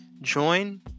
join